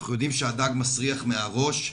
אנחנו יודעים שהדג מסריח מהראש,